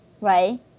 Right